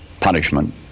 punishment